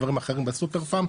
או דברים אחרים בסופרפארם,